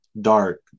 dark